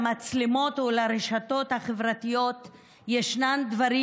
למצלמות ולרשתות החברתיות ישנם דברים